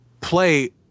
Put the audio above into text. play